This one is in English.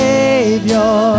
Savior